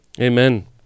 Amen